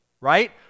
right